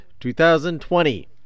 2020